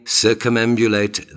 circumambulate